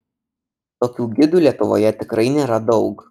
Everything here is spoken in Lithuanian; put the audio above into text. tokių gidų lietuvoje tikrai nėra daug